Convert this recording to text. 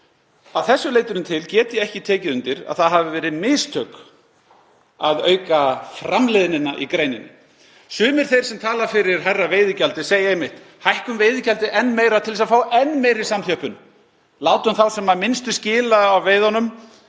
Að því leytinu til get ég ekki tekið undir að það hafi verið mistök að auka framleiðnina í greininni. Sumir þeir sem tala fyrir hærra veiðigjaldi segja einmitt: Hækkum veiðigjaldið enn meira til þess að fá enn meiri samþjöppun, látum þá sem minnstu skila af veiðunum,